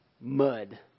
Mud